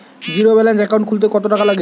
Zero balance account খুলতে কত টাকা লাগে?